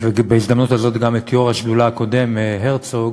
ובהזדמנות הזאת גם את יו"ר השדולה הקודם הרצוג,